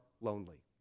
lonely